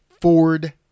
Ford